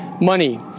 money